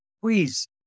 please